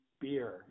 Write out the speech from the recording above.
beer